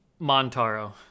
Montaro